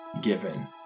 given